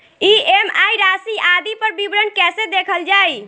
EMI राशि आदि पर विवरण कैसे देखल जाइ?